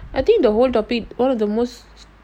I think the whole topic one of the most